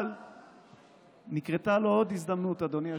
אבל נקרתה לו עוד הזדמנות, אדוני היושב-ראש.